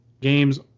Games